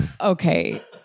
Okay